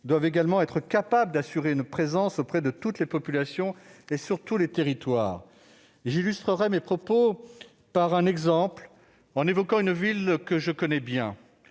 doivent également être capables d'assurer une présence auprès de toutes les populations et sur tous les territoires. J'illustrerai mes propos par l'exemple d'une ville que je connais bien.